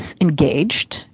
engaged